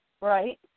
right